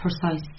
precise